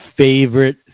favorite